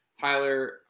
Tyler